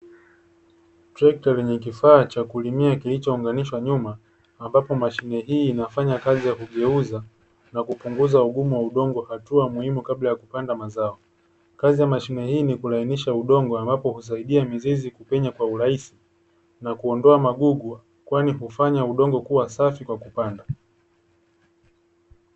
Trekta lenye kifaa cha kulimia kilicho onganishwa nyuma, ambapo mashine hii inafanya kazi ya kugeuza na kupunguza ugumu wa udongo hatua muhimu kabla ya kupanda mazao, kazi ya mashine ni kulainisha udongo ambapo husaidia mizizi kupenya kwa urahisi na kuondoa magugu kwani hufanya udongo kuwa safi kwa kwa kupandwa.